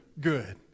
good